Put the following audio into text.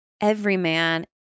everyman